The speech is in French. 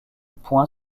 point